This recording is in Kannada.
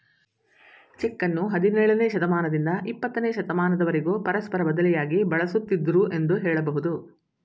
ಚೆಕ್ಕನ್ನು ಹದಿನೇಳನೇ ಶತಮಾನದಿಂದ ಇಪ್ಪತ್ತನೇ ಶತಮಾನದವರೆಗೂ ಪರಸ್ಪರ ಬದಲಿಯಾಗಿ ಬಳಸುತ್ತಿದ್ದುದೃ ಎಂದು ಹೇಳಬಹುದು